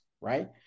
right